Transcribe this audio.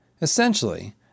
Essentially